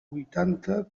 huitanta